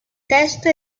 testo